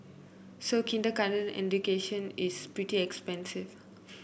so kindergarten education is pretty expensive